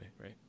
right